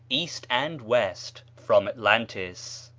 east and west, from atlantis.